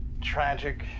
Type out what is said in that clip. Tragic